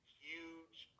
huge